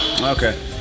okay